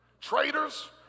traitors